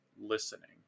listening